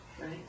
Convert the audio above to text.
Right